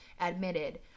admitted